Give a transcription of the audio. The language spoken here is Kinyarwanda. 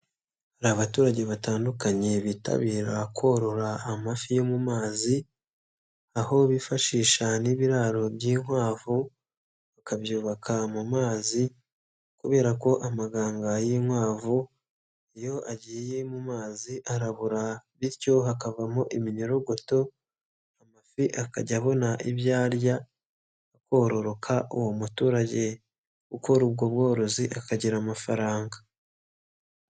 Hari abaturage batandukanye bitabira korora amafi yo mu mazi. Aho bifashisha n'ibiraro by'inkwavu bakabyubaka mu mazi kubera ko amaganga y'inkwavu, iyo agiye mu mazi arabora bityo hakavamo iminyorogoto. Amafi akajya abona ibyo arya akororoka. Uwo muturage ukora ubwo bworozi akagira amafaranga.